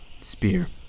Spear